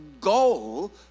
goal